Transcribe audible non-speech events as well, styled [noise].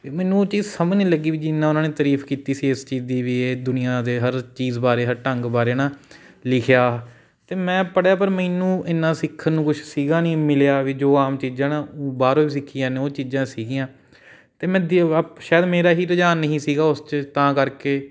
ਅਤੇ ਮੈਨੂੰ ਉਹ ਚੀਜ਼ ਸਮਝ ਨੀ ਲੱਗੀ ਵੀ ਜਿੰਨਾ ਉਹਨਾਂ ਨੇ ਤਾਰੀਫ ਕੀਤੀ ਸੀ ਇਸ ਚੀਜ਼ ਦੀ ਵੀ ਇਹ ਦੁਨੀਆ ਦੇ ਹਰ ਚੀਜ਼ ਬਾਰੇ ਹਰ ਢੰਗ ਬਾਰੇ ਨਾ ਲਿਖਿਆ ਅਤੇ ਮੈਂ ਪੜ੍ਹਿਆ ਪਰ ਮੈਨੂੰ ਇੰਨਾ ਸਿੱਖਣ ਨੂੰ ਕੁਛ ਸੀਗਾ ਨਹੀਂ ਮਿਲਿਆ ਵੀ ਜੋ ਆਮ ਚੀਜ਼ਾਂ ਨਾ ਬਾਹਰੋਂ ਸਿੱਖੀਆਂ ਨੇ ਉਹ ਚੀਜ਼ਾਂ ਸੀਗੀਆਂ ਅਤੇ ਮੈਂ [unintelligible] ਸ਼ਾਇਦ ਮੇਰਾ ਹੀ ਰੁਝਾਨ ਨਹੀਂ ਸੀਗਾ ਉਸ 'ਚ ਤਾਂ ਕਰਕੇ